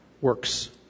works